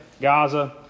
Gaza